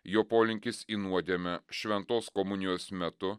jo polinkis į nuodėmę šventos komunijos metu